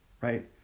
right